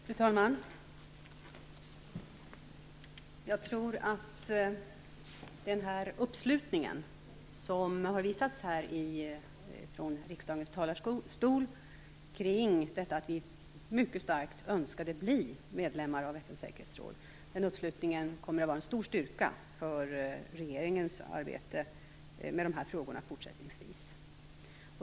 Fru talman! Jag tror att den uppslutning som har visats från riksdagens talarstol att vi mycket starkt önskade bli medlemmar av FN:s säkerhetsråd kommer att vara en stor styrka för regeringens arbete i de här frågorna fortsättningsvis.